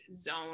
zone